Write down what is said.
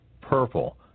purple